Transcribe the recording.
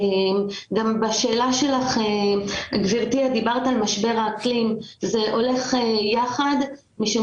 בשאלה שלך דיברת על משבר האקלים וזה הולך יחד משום